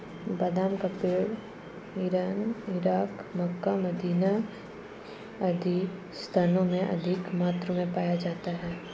बादाम का पेड़ इरान, इराक, मक्का, मदीना आदि स्थानों में अधिक मात्रा में पाया जाता है